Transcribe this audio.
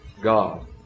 God